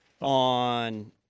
On